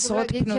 חשוב להגיד,